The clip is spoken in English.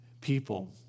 people